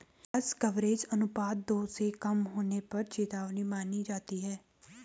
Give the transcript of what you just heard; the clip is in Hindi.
ब्याज कवरेज अनुपात दो से कम होने पर चेतावनी मानी जाती है